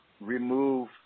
remove